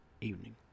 evening